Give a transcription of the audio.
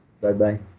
Bye-bye